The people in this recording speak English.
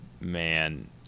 Man